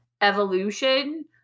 evolution